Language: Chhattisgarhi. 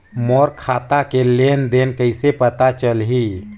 मोर खाता के लेन देन कइसे पता चलही?